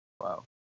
Wow